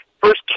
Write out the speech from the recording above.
first